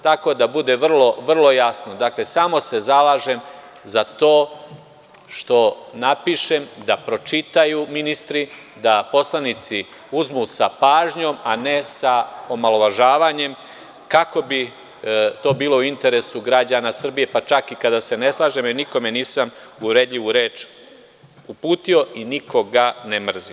Tako da, da bude vrlo jasno, samo se zalažem za to što napišem da pročitaju ministri, da poslanici uzmu sa pažnjom, a ne sa omalovažavanjem, kako bi to bilo u interesu građana Srbije, pa čak i kada se ne slažemo, jer nikome nisam uvredljivu reč uputio i nikoga ne mrzim.